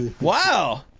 wow